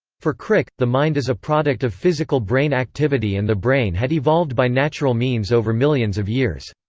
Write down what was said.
for crick, the mind is a product of physical brain activity and the brain had evolved by natural means over millions of years.